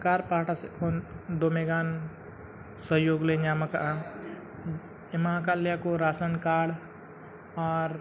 ᱥᱚᱨᱠᱟᱨ ᱯᱟᱦᱴᱟ ᱥᱮᱫ ᱠᱷᱚᱱ ᱫᱚᱢᱮ ᱜᱟᱱ ᱥᱚᱦᱚᱭᱳᱜᱽ ᱞᱮ ᱧᱟᱢ ᱠᱟᱜᱼᱟ ᱮᱢᱟ ᱠᱟᱜ ᱞᱮᱭᱟ ᱠᱚ ᱨᱟᱥᱚᱱ ᱠᱟᱨᱰ ᱟᱨ